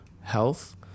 health